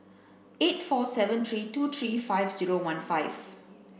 eight four seven three two three five zero one five